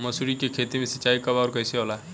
मसुरी के खेती में सिंचाई कब और कैसे होला?